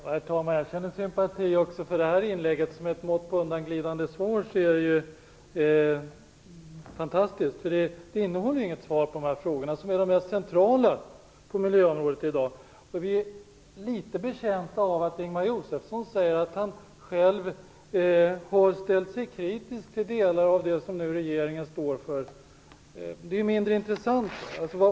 Herr talman! Jag känner sympati även för det här inlägget. Som ett mått på undanglidande svar är det fantastiskt. Det innehåller inget svar på de här frågorna som är de mest centrala på miljöområdet i dag. Vi är litet betjänta av att Ingemar Josefsson säger att han själv har ställt sig kritisk till delar av det som regeringen står för. Det är mindre intressant.